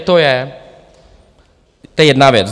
To je jedna věc.